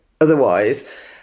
otherwise